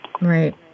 Right